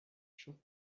xup